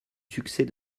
succès